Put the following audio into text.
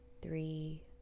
three